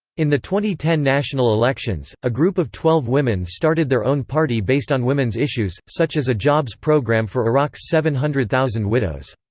in the two ten national elections, a group of twelve women started their own party based on women's issues, such as a jobs program for iraq's seven hundred thousand widows.